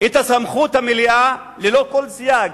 את הסמכות המלאה, ללא כל סייג,